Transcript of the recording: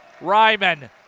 Ryman